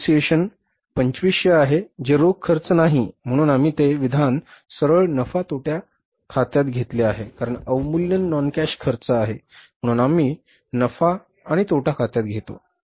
दरमहा अवमूल्यन 2500 आहे जे रोख खर्च नाही म्हणून आम्ही ते विधान सरळ नफा तोटा खात्यात घेतले आहे कारण अवमूल्यन नॉन कॅश खर्च आहे म्हणून आम्ही नफा आणि तोटा खात्यात घेतो